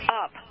up